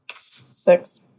Six